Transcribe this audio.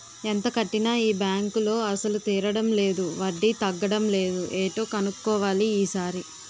ఎంత కట్టినా ఈ బాంకులో అసలు తీరడం లేదు వడ్డీ తగ్గడం లేదు ఏటో కన్నుక్కోవాలి ఈ సారి